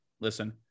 listen